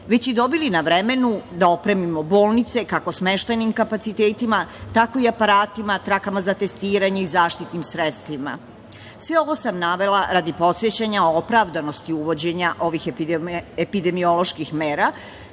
već i dobili na vremenu da opremimo bolnice, kako smeštajnim kapacitetima, tako i aparatima, trakama za testiranje i zaštitnim sredstvima. Sve ovo sam navela radi podsećanja o opravdanosti uvođenja ovih epidemioloških mera